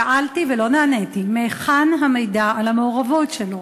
שאלתי ולא נעניתי: מהיכן המידע על המעורבות שלו?